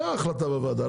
זה ההחלטה בוועדה,